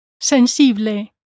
Sensible